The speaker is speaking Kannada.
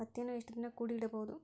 ಹತ್ತಿಯನ್ನು ಎಷ್ಟು ದಿನ ಕೂಡಿ ಇಡಬಹುದು?